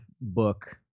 book